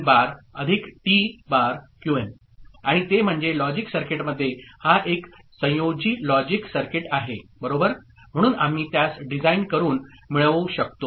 Qn आणि ते म्हणजे लॉजिक सर्किटमध्ये हा एक संयोजी लॉजिक सर्किट आहे बरोबर म्हणून आम्ही त्यास डिझाइन करून मिळवू शकतो